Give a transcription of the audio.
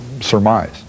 surmise